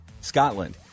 Scotland